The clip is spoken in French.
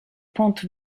pentes